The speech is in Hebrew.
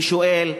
אני שואל,